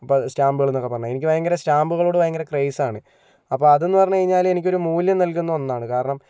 ഇപ്പോൾ സ്റ്റാമ്പുകള് എന്നൊക്കെ പറഞ്ഞാൽ എനിക്ക് ഭയങ്കര സ്റ്റാമ്പുകളോട് ഭയങ്കര ക്രൈസാണ് അപ്പോൾ അതെന്നു പറഞ്ഞു കഴിഞ്ഞാൽ എനിക്കൊരു മൂല്യം നല്കുന്ന ഒന്നാണ് കാരണം